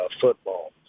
football